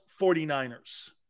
49ers